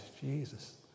Jesus